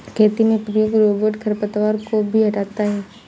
खेती में प्रयुक्त रोबोट खरपतवार को भी हँटाता है